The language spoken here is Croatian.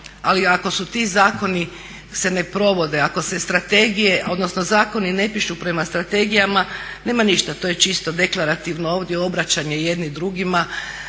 ali ako su ti zakoni se ne provode, ako se strategije odnosno zakoni ne pišu prema strategijama nema ništa, to je čisto deklarativno ovdje obraćanje jedni drugima.